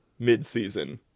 midseason